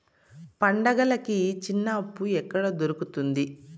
పండుగలకి చిన్న అప్పు ఎక్కడ దొరుకుతుంది